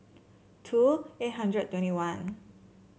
two eight hundred twenty one